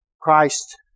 Christ